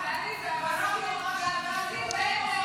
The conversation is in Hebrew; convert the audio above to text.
אני אגיד לך